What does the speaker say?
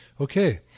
Okay